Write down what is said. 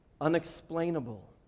Unexplainable